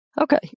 Okay